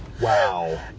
Wow